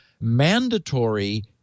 mandatory